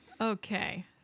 Okay